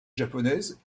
japonaise